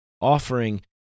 offering